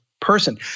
person